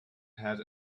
pad